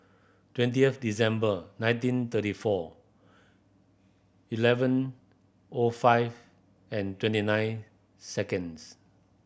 twentieth December nineteen thirty four eleven O five and twenty nine seconds